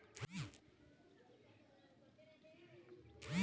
ಭತ್ತವನ್ನು ನಾಟಿಮಾಡಿದ ನಂತರ ಅದು ಕಟಾವಿಗೆ ಬರುವವರೆಗೆ ಎಷ್ಟು ಬಾರಿ ಗೊಬ್ಬರವನ್ನು ಹಾಕಬೇಕಾಗುತ್ತದೆ?